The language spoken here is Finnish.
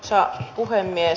arvoisa puhemies